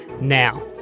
Now